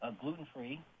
gluten-free